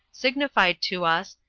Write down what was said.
signified to us,